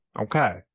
Okay